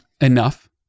enough